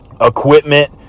Equipment